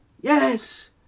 Yes